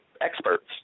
experts